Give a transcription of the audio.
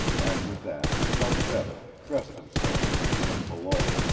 after that he felt better, dressed himself, and went below.